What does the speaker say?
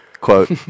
Quote